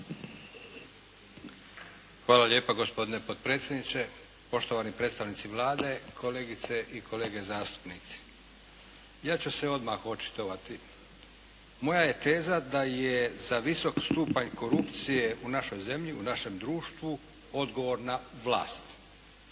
Hvala lijepa gospodine potpredsjedniče. Poštovani predstavnici Vlade, kolegice i kolege zastupnici. Ja ću se odmah očitovati. Moja je teza da je za visok stupanj korupcije u našoj zemlji, u našem društvu odgovorna vlast.